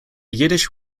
yiddish